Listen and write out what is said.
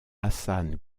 hassan